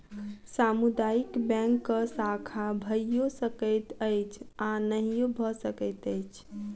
सामुदायिक बैंकक शाखा भइयो सकैत अछि आ नहियो भ सकैत अछि